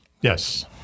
Yes